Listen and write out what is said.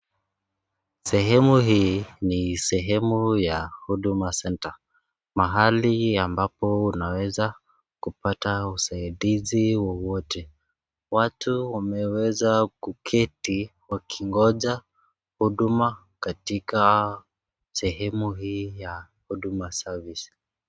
Sehemu hii ni sehemu ya huduma [centre] mahali ambapo unaweza kupata usaidizi wowote. Watu wameweza kuketi wakingoja huduma katika sehemu hii ya huduma [service].